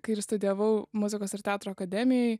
kai ir studijavau muzikos ir teatro akademijoj